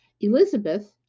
Elizabeth